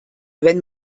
wenn